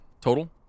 total